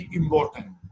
important